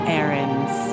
errands